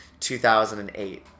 2008